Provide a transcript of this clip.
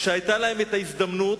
כשהיתה להם ההזדמנות